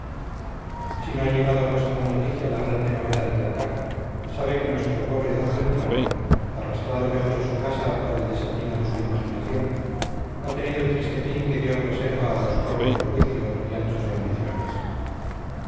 si no ha llegado a vuestra noticia la grande novedad de acá sabe que nuestro pobre d beltrán arrastrado lejos de su casa por el desatino de su imaginación ha tenido el triste fin que dios reserva a los cortos de juicio y anchos de ambiciones